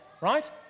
right